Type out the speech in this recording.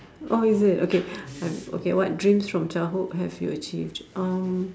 oh is it okay I've okay what dreams from childhood have you achieved um